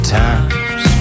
times